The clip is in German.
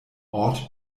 ort